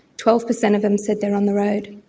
twelve percent of them said they are on the road.